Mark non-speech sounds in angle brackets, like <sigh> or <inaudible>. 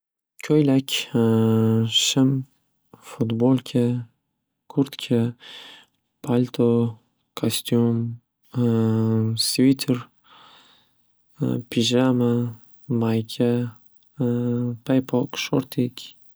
Ko'ylak, <hesitation> shim, fudbolka, kurtka, palto', kastyum, <hesitation> svitr, <hesitation> pijama, mayka, <hesitation> paypoq, sho'rtik.